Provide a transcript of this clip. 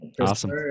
awesome